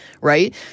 right